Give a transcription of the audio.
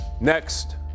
Next